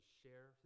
share